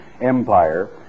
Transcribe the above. Empire